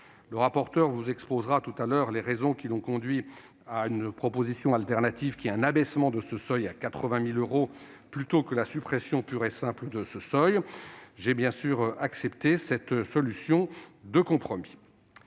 Le rapporteur vous exposera tout à l'heure les raisons qui l'ont conduit à une proposition de substitution, à savoir à un abaissement du seuil à 80 000 euros, plutôt qu'à une suppression pure et simple. J'ai bien sûr accepté cette solution de compromis.